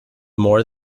more